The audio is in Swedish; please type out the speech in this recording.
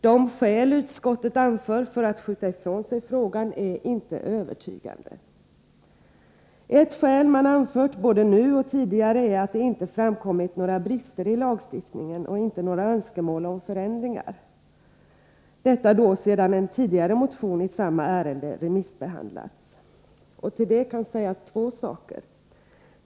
De skäl som utskottet anför för att skjuta ifrån sig frågan är inte övertygande. Ett skäl som man anfört både nu och tidigare — då i samband med behandlingen av en motion i samma syfte, vilken blev föremål för remissbehandling — är att det inte framkommit några brister i lagstiftningen och inte heller några önskemål om förändringar. Med anledning härav kan sägas två saker.